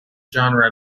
genera